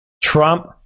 Trump